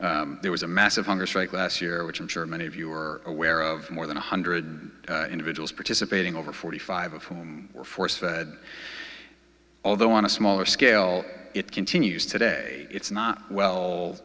there was a massive hunger strike last year which i'm sure many of you are aware of more than one hundred individuals participating over forty five of whom were force fed although on a smaller scale it continues today it's not well